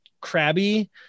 crabby